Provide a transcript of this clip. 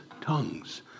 tongues